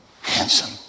Handsome